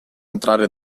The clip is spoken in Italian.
entrare